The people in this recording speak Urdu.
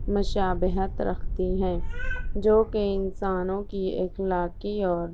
مشابہت رکھتی ہیں جو کہ انسانوں کی اخلاقی اور